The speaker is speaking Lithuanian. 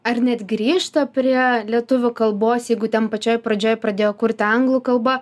ar net grįžta prie lietuvių kalbos jeigu ten pačioj pradžioj pradėjo kurti anglų kalba